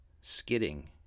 skidding